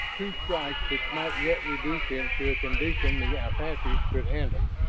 two strikes which might yet reduce him to a condition the apaches could handle.